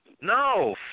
No